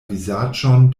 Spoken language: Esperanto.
vizaĝon